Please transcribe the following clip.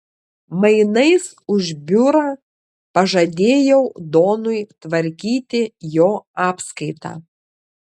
mainais už biurą pažadėjau donui tvarkyti jo apskaitą